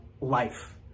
life